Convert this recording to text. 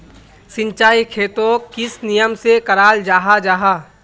सिंचाई खेतोक किस नियम से कराल जाहा जाहा?